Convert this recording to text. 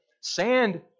Sand